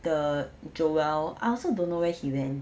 the joel I also don't know where he went